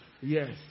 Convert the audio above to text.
Yes